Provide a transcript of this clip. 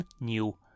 new